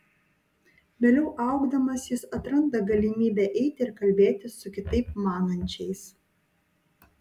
vėliau augdamas jis atranda galimybę eiti ir kalbėtis su kitaip manančiais